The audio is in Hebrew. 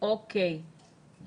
אמרו 4,500. אנחנו מקבלים